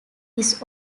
his